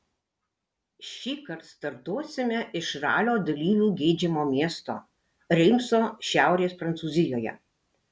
šįkart startuosime iš ralio dalyvių geidžiamo miesto reimso šiaurės prancūzijoje